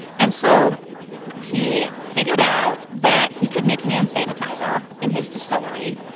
and so he figured out that he could make hand sanitizer in his distillery.